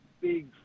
big